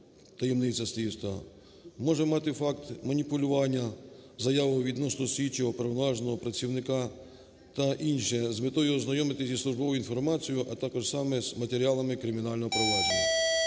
(таємниця слідства), може мати факт маніпулювання заявою відносно слідчого, оперуповноваженого працівника та інше з метою ознайомитись зі службовою інформацією, а також саме з матеріалами кримінального провадження.